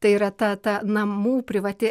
tai yra ta ta namų privati